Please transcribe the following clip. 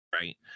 Right